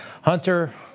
Hunter